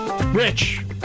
Rich